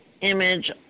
image